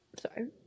sorry